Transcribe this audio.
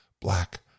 black